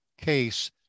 case